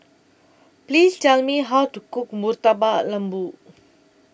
Please Tell Me How to Cook Murtabak Lembu